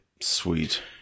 sweet